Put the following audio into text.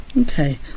Okay